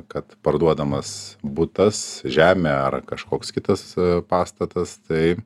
kad parduodamas butas žemė ar kažkoks kitas pastatas tai